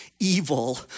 evil